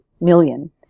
million